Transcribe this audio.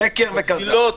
שקר וכזב.